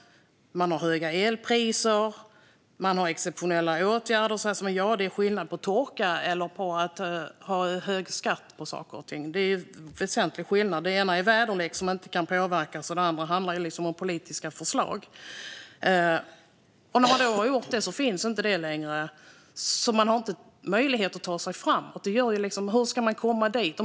Man har höga elpriser. Man har exceptionella åtgärder. Men det är en väsentlig skillnad på torka och att ha hög skatt på saker och ting. Det ena handlar om väderlek som man inte kan påverka, och det andra handlar om politiska förslag. När man då har gjort detta finns det inte längre kvar. Då har man ingen möjlighet att ta sig framåt. Hur ska man då komma dit?